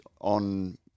on